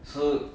so